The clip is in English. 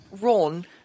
Ron